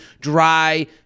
dry